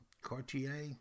Cartier